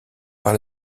par